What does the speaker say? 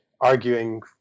arguing